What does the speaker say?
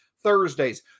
Thursdays